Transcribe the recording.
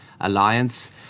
Alliance